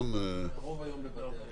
הרוב היום בבתי אבות.